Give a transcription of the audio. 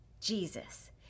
Jesus